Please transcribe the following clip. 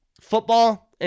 football